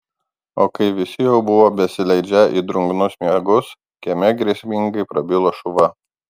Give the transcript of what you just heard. o kai visi jau buvo besileidžią į drungnus miegus kieme grėsmingai prabilo šuva